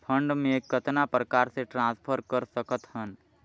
Fund मे कतना प्रकार से ट्रांसफर कर सकत हन?